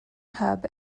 hub